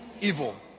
evil